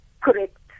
correct